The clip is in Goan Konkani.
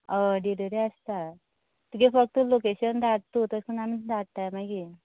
हय डिलवरी आसता तुगे फक्त लोकेशन धाड तूं तश करून आमी धाडटाय मागीर